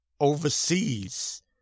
overseas